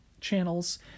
channels